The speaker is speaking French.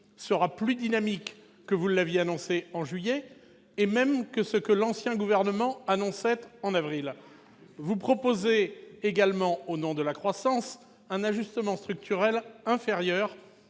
sera plus dynamique que vous ne l'aviez annoncé en juillet et même que ce que l'ancien gouvernement annonçait en avril. Vous proposez également, au nom de la croissance, un ajustement structurel inférieur